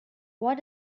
what